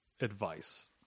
advice